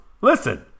Listen